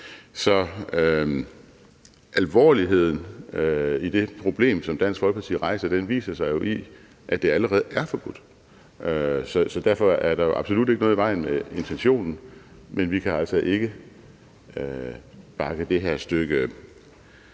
Så alvorligheden i det problem, som Dansk Folkeparti rejser, viser sig jo i, at det allerede er forbudt, så derfor er der absolut ikke noget i vejen med intentionen, men vi kan altså ikke bakke det her stykke